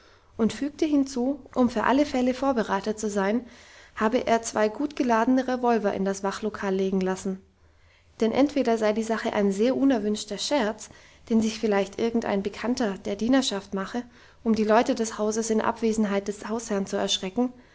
und fügte hinzu um für alle fälle vorbereitet zu sein habe er zwei gut geladene revolver in das wachtlokal legen lassen denn entweder sei die sache ein sehr unerwünschter scherz den sich vielleicht irgendein bekannter der dienerschaft mache um die leute des hauses in abwesenheit des hausherrn zu erschrecken dann